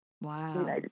Wow